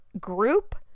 group